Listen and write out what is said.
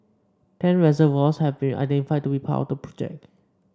ten reservoirs have been identified to be part of the project